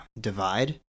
divide